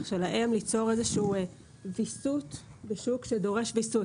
שלהם ליצור ויסות בשוק שדורש ויסות.